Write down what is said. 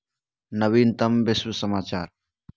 नवीनतम विश्व समाचार